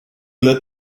lit